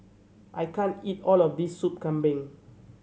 I can't eat all of this Sup Kambing